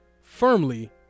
firmly